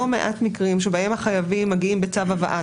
מעט מקרים שבהם החייבים מגיעים בצו הבאה,